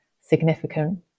significant